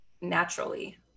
naturally